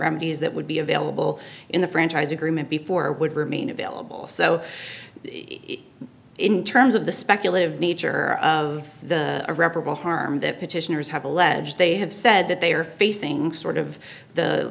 remedies that would be available in the franchise agreement before would remain available so in terms of the speculative nature of the irreparable harm that petitioners have alleged they have said that they are facing sort of the